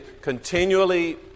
continually